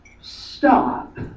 stop